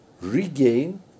regain